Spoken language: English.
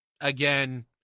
again